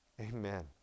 Amen